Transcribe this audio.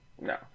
No